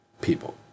people